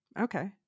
Okay